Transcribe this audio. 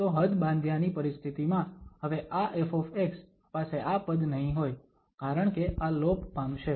તો હદ બાંધ્યાની પરિસ્થિતિમાં હવે આ ƒ પાસે આ પદ નહીં હોય કારણકે આ લોપ પામશે નાશ પામશે